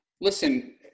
Listen